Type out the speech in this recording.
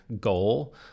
goal